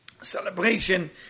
celebration